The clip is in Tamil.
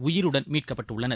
உயிருடன் மீட்கப்பட்டுள்ளனர்